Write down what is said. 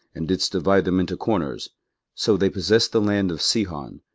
and didst divide them into corners so they possessed the land of sihon,